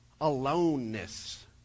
aloneness